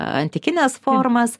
antikines formas